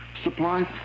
supplies